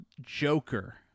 Joker